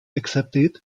accepted